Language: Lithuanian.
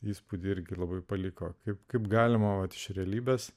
įspūdį irgi labai paliko kaip kaip galima vat iš realybės